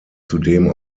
zudem